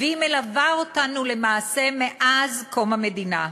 והיא מלווה אותנו למעשה מאז קום המדינה.